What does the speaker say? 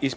iz